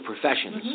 professions